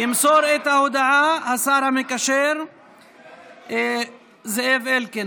ימסור את ההודעה השר המקשר זאב אלקין.